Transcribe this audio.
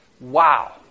Wow